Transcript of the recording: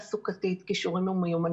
אני מאגף גיוון תעסוקתי בנציבות שירות המדינה.